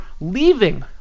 leaving